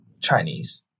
Chinese